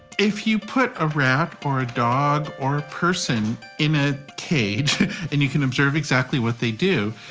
if you put a rat or a dog or a person in a cage and you can observe exactly what they do,